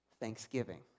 thanksgiving